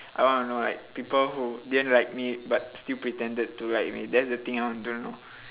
I want to know like people who didn't like me but still pretended to like me that's the thing I want to know